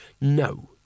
No